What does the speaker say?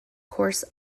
course